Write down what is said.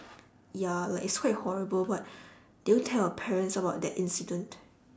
ya like it's quite horrible but did you tell your parents about that incident